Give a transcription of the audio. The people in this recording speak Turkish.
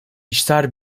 işler